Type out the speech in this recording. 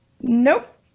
Nope